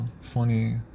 funny